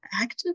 active